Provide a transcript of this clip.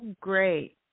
great